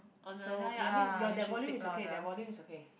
ya I mean your that volume is okay that volume is okay